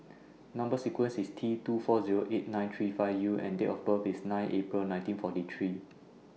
Number sequence IS T two four Zero eight nine three five U and Date of birth IS nine April nineteen forty three